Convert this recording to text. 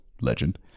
Legend